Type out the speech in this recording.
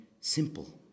simple